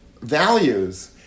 values